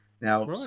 Now